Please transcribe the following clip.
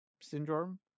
syndrome